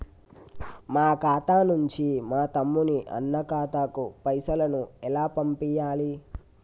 మా ఖాతా నుంచి మా తమ్ముని, అన్న ఖాతాకు పైసలను ఎలా పంపియ్యాలి?